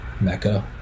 Mecca